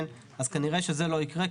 אז כנראה שזה לא יקרה,